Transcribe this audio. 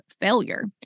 failure